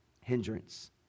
hindrance